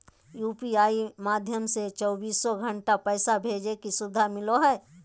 UPI माध्यम से चौबीसो घण्टा पैसा भेजे के सुविधा मिलो हय